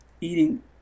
eating